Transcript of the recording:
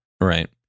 Right